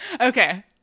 Okay